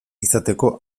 izateko